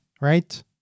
right